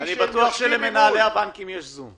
אני בטוח שלמנהלי הבנקים יש זום.